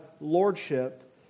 lordship